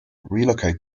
relocate